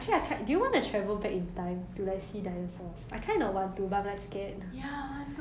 ya I want to but I'm scared you don't know how fast they are how big they are exactly